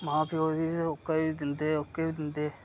मां प्यौ दी बी ओह्के बी दिंदे ओह्के बी दिंदे